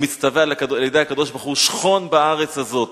ומצטווה על-ידי הקדוש-ברוך-הוא: שכון בארץ הזאת.